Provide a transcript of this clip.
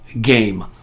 game